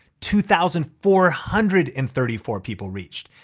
two thousand four hundred and thirty four people reached.